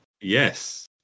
Yes